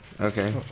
okay